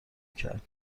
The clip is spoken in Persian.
کرد